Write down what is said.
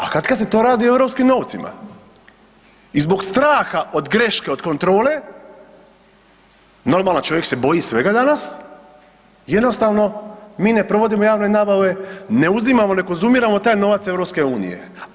A katkad se to radi europskim novcima i zbog straha od greške od kontrole, normalno, čovjek se boji svega danas i jednostavno mi ne provodimo javne nabave, ne uzimamo, ne konzumiramo taj novac EU-a.